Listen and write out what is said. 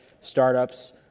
startups